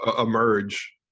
emerge